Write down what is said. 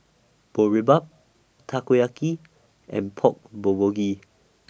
Boribap Takoyaki and Pork Bulgogi